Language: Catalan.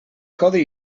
codi